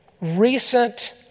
recent